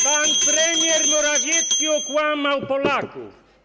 Pan premier Morawiecki okłamał Polaków.